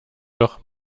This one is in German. doch